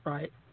Right